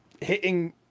hitting